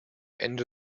ende